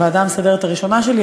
הוועדה המסדרת הראשונה שלי,